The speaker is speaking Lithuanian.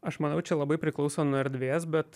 aš manau čia labai priklauso nuo erdvės bet